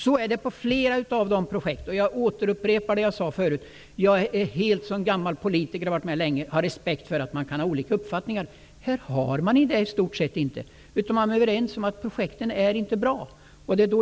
Så är det på flera ställen. Som gammal politiker har jag respekt för att man kan ha olika uppfattningar. Det har man egentligen inte här. Man är överens om att projekten inte är bra.